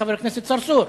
חבר הכנסת צרצור?